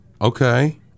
Okay